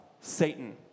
Satan